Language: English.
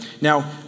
Now